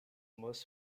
most